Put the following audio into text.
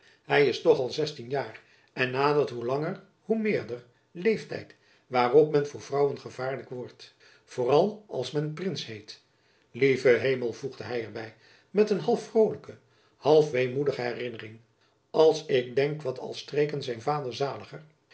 hy is toch al zestien jaar en nadert hoe langer hoe meer den leeftijd waarop men voor vrouwen gevaarlijk wordt vooral als men prins heet lieve hemel voegde hy er by met een half vrolijke half weemoedige herinnering als ik denk wat al streken zijn vader zaliger